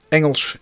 Engels